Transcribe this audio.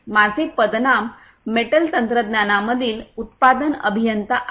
माझे पदनाम मेटल तंत्रज्ञानामधील उत्पादन अभियंता आहे